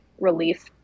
relief